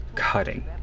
cutting